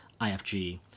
IFG